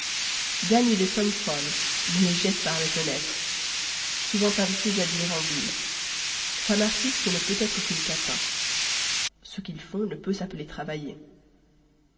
gagnent des sommes folles mais les jettent par les fenêtres souvent invités à dîner en ville femme artiste ne peut être qu'une catin ce qu'ils font ne peut s'appeler travailler